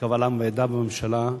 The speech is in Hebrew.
קבל עם ועדה בממשלה,